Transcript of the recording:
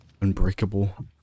unbreakable